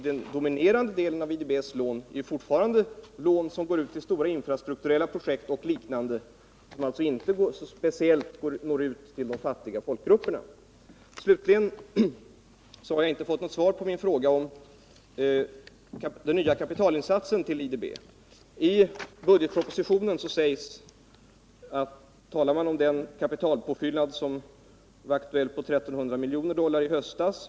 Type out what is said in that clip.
Den dominerande delen av IDB-lånen går fortfarande till stora infrastrukturella projekt och liknande, som inte speciellt når ut till de fattiga folkgrupperna. Slutligen vill jag säga att jag inte fått något svar på min fråga om den nya kapitalinsatsen till IDB. I budgetpropositionen talar man om den kapitalpåfyllnad på 1 300 milj.kr. som var aktuell i höstas.